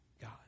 God